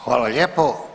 Hvala lijepo.